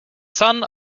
son